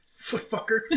Footfucker